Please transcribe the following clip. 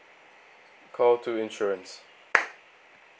call two insurance